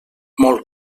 molt